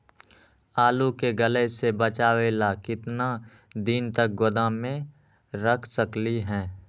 आलू के गले से बचाबे ला कितना दिन तक गोदाम में रख सकली ह?